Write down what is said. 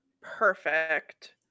perfect